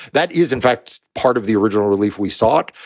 that is, in fact, part of the original relief we sought.